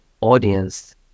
audience